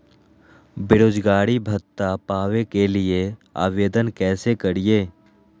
बेरोजगारी भत्ता पावे के लिए आवेदन कैसे करियय?